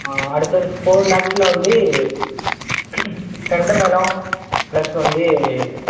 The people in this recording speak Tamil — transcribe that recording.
அடுத்தது ஃபோர் லேக்ஸில் வந்து செண்ட மேளம் ப்ளஸ் வந்து